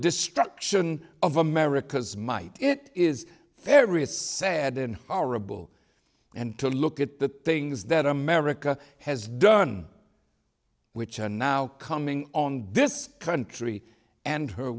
destruction of america's might it is every a sad and horrible and to look at the things that america has done which are now coming on this country and her